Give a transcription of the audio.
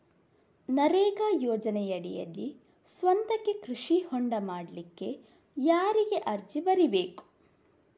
ನರೇಗಾ ಯೋಜನೆಯಡಿಯಲ್ಲಿ ಸ್ವಂತಕ್ಕೆ ಕೃಷಿ ಹೊಂಡ ಮಾಡ್ಲಿಕ್ಕೆ ಯಾರಿಗೆ ಅರ್ಜಿ ಬರಿಬೇಕು?